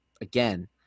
again